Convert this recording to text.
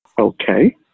okay